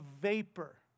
vapor